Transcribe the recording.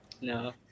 no